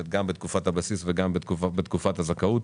גם בתקופת הבסיס וגם בתקופת הזכאות.